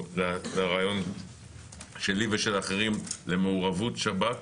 לרעיון שלי ושל אחרים למעורבות שב"כ